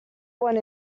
want